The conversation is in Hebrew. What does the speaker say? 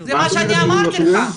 זה מה שאני אמרתי לך,